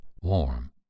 warm